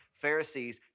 Pharisees